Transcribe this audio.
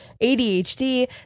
ADHD